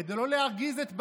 כדי לא להרגיז את ביידן,